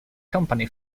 company